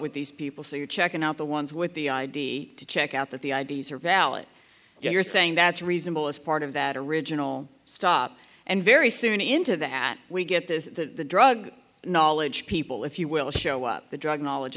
with these people so you're checking out the ones with the i d to check out that the i d s are valid you're saying that's reasonable as part of that original stop and very soon into that we get the drug knowledge people if you will show up the drug knowledge